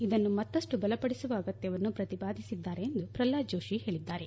ಇದನ್ನು ಮತ್ತಷ್ಟು ಬಲಪಡಿಸುವ ಅಗತ್ಯವನ್ತು ಪ್ರತಿಪಾದಿಸಿದ್ದಾರೆ ಎಂದು ಪ್ರಹಾದ್ ಜೋಷಿ ಹೇಳಿದ್ದಾರೆ